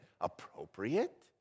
appropriate